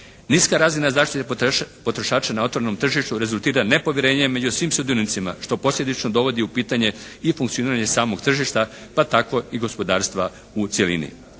Niska razina zaštite potrošača na otvorenom tržištu rezultira nepovjerenjem među svim sudionicima što posljedično dovodi u pitanje i funkcioniranje samog tržišta pa tako i gospodarstva u cjelini.